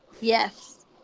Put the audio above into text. Yes